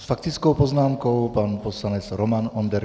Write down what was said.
S faktickou poznámkou pan poslanec Roman Onderka.